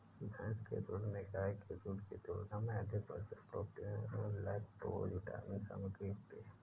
भैंस के दूध में गाय के दूध की तुलना में अधिक वसा, प्रोटीन, लैक्टोज विटामिन सामग्री होती है